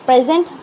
Present